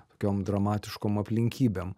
tokiom dramatiškom aplinkybėm